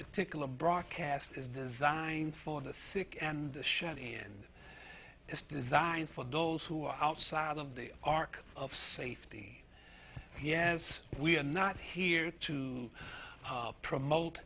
particular broadcast is designed for the sick and shallow and it's designed for those who are outside of the ark of safety yes we are not here to promote